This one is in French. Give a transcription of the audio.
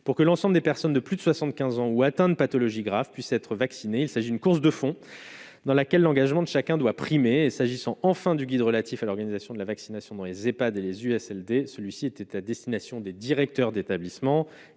pour que l'ensemble des personnes de plus de 75 ans ou atteints de pathologies graves puissent être vaccinés, il s'agit d'une course de fond, dans laquelle l'engagement de chacun doit primer et, s'agissant enfin du guide relatif à l'organisation de la vaccination dans les Ehpad et les USL, celui-ci était à destination des directeurs d'établissements,